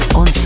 on